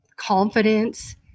confidence